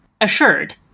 assured